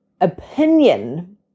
opinion